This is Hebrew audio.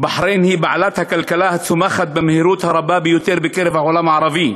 בחריין היא בעלת הכלכלה הצומחת במהירות הרבה ביותר בעולם הערבי,